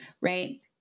right